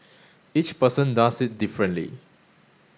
each person does it differently